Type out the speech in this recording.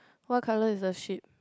what colour is the sheep